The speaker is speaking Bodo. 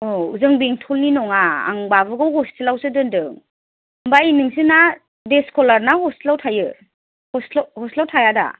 औ जों बेंथलनि नङा आं बाबुखौ हस्टेलावसो दोनदों आमफ्राय नोंसिना डे स्कुलार ना हस्टेलाव थायो हस्टेल हस्टेलाव थाया दा